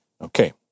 Okay